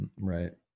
Right